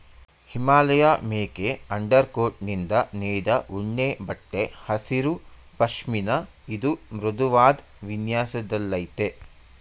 ಹಿಮಾಲಯಮೇಕೆ ಅಂಡರ್ಕೋಟ್ನಿಂದ ನೇಯ್ದ ಉಣ್ಣೆಬಟ್ಟೆ ಹೆಸರು ಪಷ್ಮಿನ ಇದು ಮೃದುವಾದ್ ವಿನ್ಯಾಸದಲ್ಲಯ್ತೆ